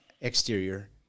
exterior